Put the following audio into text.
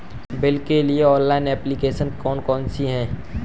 Bill के लिए online application कौन कौन सी हैं?